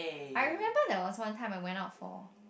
I remember there was one time I went out for